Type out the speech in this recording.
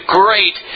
great